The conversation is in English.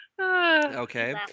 Okay